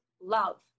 love